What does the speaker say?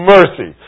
Mercy